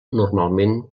normalment